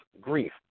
grief